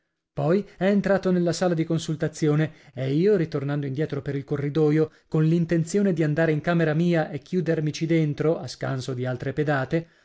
poi è entrato nella sala di consultazione e io ritornando indietro per il corridoio con l'intenzione di andare in camera mia e chiudermici dentro a scanso di altre pedate